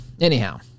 Anyhow